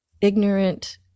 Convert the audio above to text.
ignorant